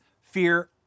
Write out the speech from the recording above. fear